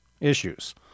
issues